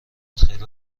خیلی